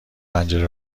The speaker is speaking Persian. پنجره